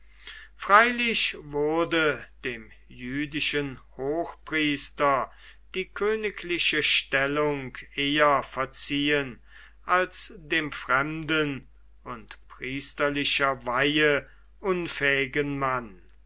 freilich wurde dem jüdischen hochpriester die königliche stellung eher verziehen als dem fremden und priesterlicher weihe unfähigen mann